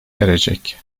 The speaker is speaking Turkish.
erecek